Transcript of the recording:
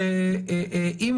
עכשיו,